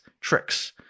Tricks